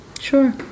sure